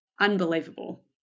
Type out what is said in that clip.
unbelievable